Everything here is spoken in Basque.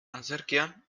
antzerkian